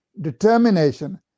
determination